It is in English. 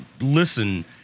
listen